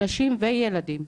נשים וילדים.